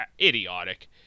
idiotic